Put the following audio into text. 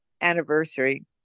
anniversary